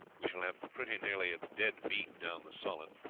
we shall have pretty nearly a dead beat down the solent.